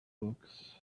books